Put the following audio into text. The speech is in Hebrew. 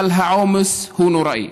אבל העומס נוראי.